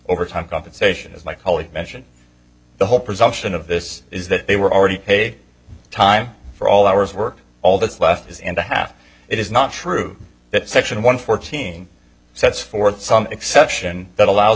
overtime compensation as my colleague mentioned the whole presumption of this is that they were already paid time for all hours work all that's left is and a half it is not true that section one fourteen sets forth some exception that allows